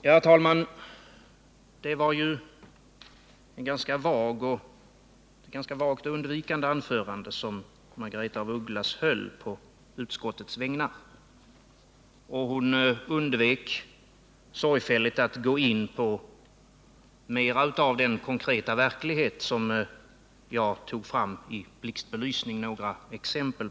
Herr talman! Det var ju ett ganska vagt och undvikande anförande som Margaretha af Ugglas höll på utskottets vägnar, och hon undvek sorgfälligt att gå in på mera av den konkreta verklighet som jag ställde i blixtbelysning genom att anföra några exempel.